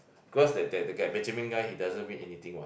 cause that that Benjamin guy he doesn't win anything what